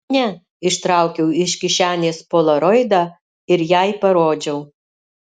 ne ištraukiau iš kišenės polaroidą ir jai parodžiau